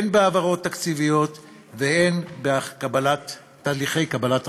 הן בהעברות תקציביות והן בתהליכי קבלת החלטות.